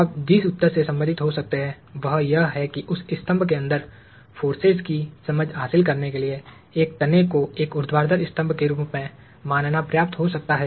आप जिस उत्तर से संबंधित हो सकते हैं वह यह है कि उस स्तंभ के अंदर फोर्सेज की समझ हासिल करने के लिए एक तने को एक ऊर्ध्वाधर स्तंभ के रूप में मानना पर्याप्त हो सकता है